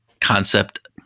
concept